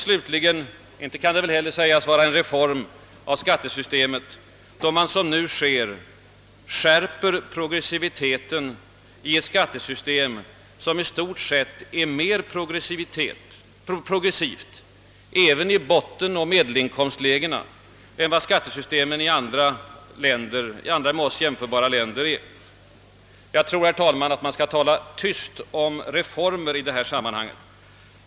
Slutligen kan det väl heller inte sägas vara en reform av skattesystemet att man, som nu sker, skärper progressiviteten i ett skattesystem som i stort sett är mera progressivt även i bottenoch medelinkomstlägena än skattesystemen i andra med oss jämförbara länder. Jag tror man skall tala tyst om reformer i detta sammanhang.